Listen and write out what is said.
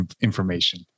information